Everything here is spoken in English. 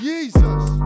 Jesus